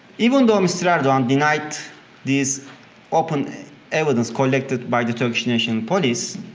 even though mr. erdogan denied these open evidence collected by the turkish national police,